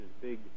big